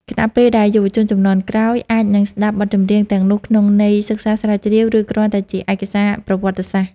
ខណៈពេលដែលយុវជនជំនាន់ក្រោយអាចនឹងស្តាប់បទចម្រៀងទាំងនោះក្នុងន័យសិក្សាស្រាវជ្រាវ ឬគ្រាន់តែជាឯកសារប្រវត្តិសាស្ត្រ។